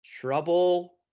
trouble